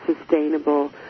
sustainable